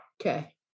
Okay